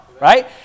right